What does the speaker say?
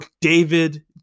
David